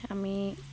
আমি